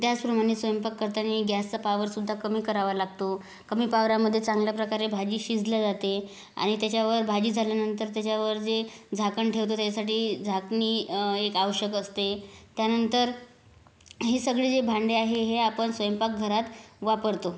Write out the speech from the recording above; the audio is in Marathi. त्याचप्रमाणे स्वयंपाक करतांना गॅसचं पावरसुद्धा कमी करावा लागतो कमी पावरामध्ये चांगल्याप्रकारे भाजी शिजल्या जाते आणि त्याच्यावर भाजी झाल्यानंतर त्याच्यावर जे झाकण ठेवतो त्याच्यासाठी झाकणी एक आवश्यक असते त्यानंतर हे सगळी जे भांडी आहे हे आपण स्वयंपाक घरात वापरतो